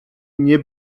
nie